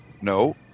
No